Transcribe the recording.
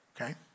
okay